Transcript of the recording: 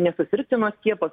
nesusirgti nuo skiepo